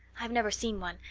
i've never seen one,